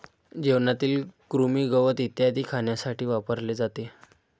जेवणातील कृमी, गवत इत्यादी खाण्यासाठी वापरले जाते